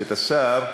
את השר,